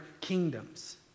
kingdoms